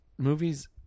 movies